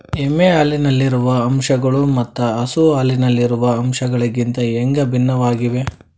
ಎಮ್ಮೆ ಹಾಲಿನಲ್ಲಿರುವ ಅಂಶಗಳು ಮತ್ತ ಹಸು ಹಾಲಿನಲ್ಲಿರುವ ಅಂಶಗಳಿಗಿಂತ ಹ್ಯಾಂಗ ಭಿನ್ನವಾಗಿವೆ?